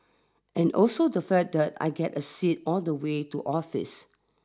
and also the fact that I get a seat all the way to office